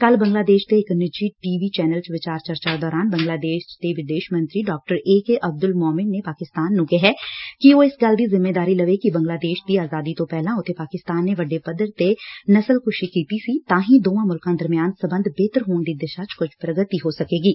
ਕੱਲ੍ ਬੰਗਲਾਦੇਸ਼ ਦੇ ਇਕ ਨਿੱਜੀ ਟੀ ਵੀ ਚੈਨਲ ਚ ਵਿਚਾਰ ਚਰਚਾ ਦੌਰਾਨ ਬੰਗਲਾਦੇਸ਼ ਦੇ ਵਿਦੇਸ਼ ਮੰਤਰੀ ਡਾ ਏ ਕੇ ਅਬਦੁਲ ਸੰਮਿਨ ਨੇ ਪਾਕਿਸਤਾਨ ਨੰ ਕਿਹੈ ਕਿ ਉਹ ਇਸ ਗੱਲ ਦੀ ਜਿੰਮੇਦਾਰੀ ਲਵੇ ਕਿ ਬੰਗਲਾਦੇਸ਼ ਦੀ ਆਜ਼ਾਦੀ ਤੋਂ ਪਹਿਲਾ ਉਬੇ ਪਾਕਿਸਤਾਨ ਨੇ ਵੱਡੇ ਪੱਧਰ ਤੇ ਨਸਲਕੁਸ਼ੀ ਕੀਤੀ ਸੀ ਤਾ ਹੀ ਦੋਵਾ ਮੁਲਕਾ ਦਰਮਿਆਨ ਸਬੰਧ ਬਿਹਤਰ ਹੋਣ ਦੀ ਦਿਸ਼ਾ ਚ ਕੁਝ ਪੁਗਤੀ ਹੋ ਸਕੇਗੀ